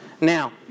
Now